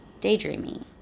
daydreamy